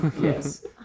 Yes